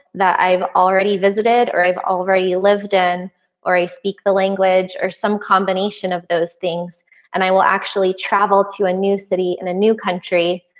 that i've already visited or as already lived in or i speak the language. or some combination of those things and i will actually travel to a new city in a new country.